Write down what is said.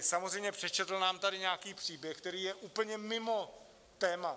Samozřejmě přečetl nám tady nějaký příběh, který je úplně mimo téma.